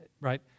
right